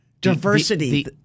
Diversity